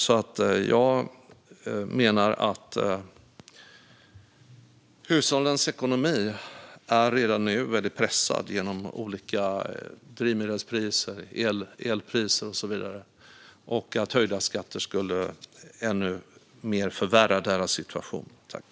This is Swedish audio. Jag menar därför att hushållens ekonomi redan nu är väldigt pressad på grund av drivmedelspriser, elpriser och så vidare och att höjda skatter skulle förvärra deras situation ännu mer.